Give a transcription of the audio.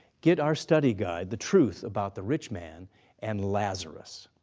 get our study guide, the truth about the rich man and lazarus.